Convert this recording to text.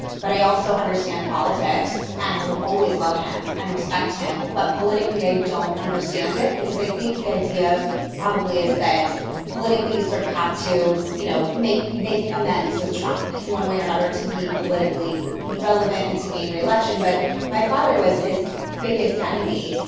but i also understand politics. and i will always love him and respect him. but, politically, i don't understand it, because i think the idea probably is that politically you sort of have to, you know, make amends with trump in one way or another, to be politically relevant and to gain re-election. but my father was his biggest enemy,